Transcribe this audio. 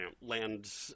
land